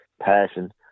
passion